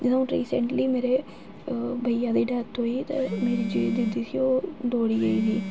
जदूं हून रिसेंटली मेरे भइया दी डेथ होई ते मेरी जेह्ड़ी दीदी ही ओह् दौड़ी गेई ही ही